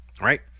right